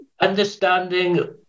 understanding